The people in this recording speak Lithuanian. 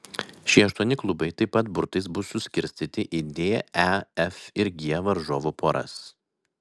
šie aštuoni klubai taip pat burtais bus suskirstyti į d e f ir g varžovų poras